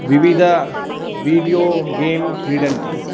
विविध video game क्रीडन्ति